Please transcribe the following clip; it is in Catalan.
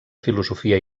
filosofia